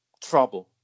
trouble